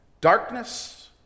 Darkness